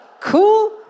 Cool